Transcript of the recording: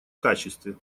качестве